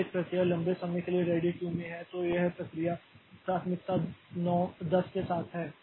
यदि एक प्रक्रिया लंबे समय के लिए रेडी क्यू में है तो यह प्रक्रिया प्राथमिकता 10 के साथ है